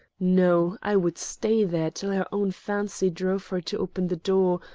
no, i would stay there till her own fancy drove her to open the door,